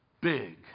big